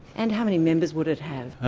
and how many members would it have?